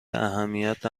اهمیت